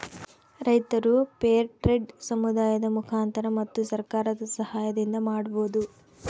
ರೈತರು fair trade ಸಮುದಾಯದ ಮುಖಾಂತರ ಮತ್ತು ಸರ್ಕಾರದ ಸಾಹಯದಿಂದ ಮಾಡ್ಬೋದು